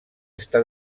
està